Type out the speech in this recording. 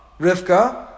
Rivka